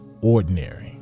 ordinary